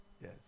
Yes